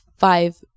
five